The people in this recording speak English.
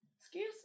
Excuse